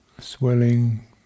swelling